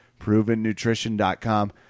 Provennutrition.com